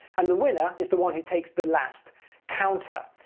and the winner is the one who takes the last counter.